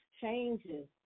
changes